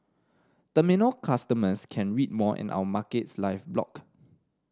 terminal customers can read more in our Markets Live blog